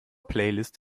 playlist